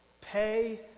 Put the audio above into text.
Pay